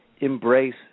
embrace